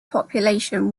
population